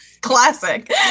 classic